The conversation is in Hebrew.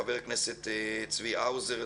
חבר הכנסת צבי האוזר,